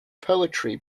poetry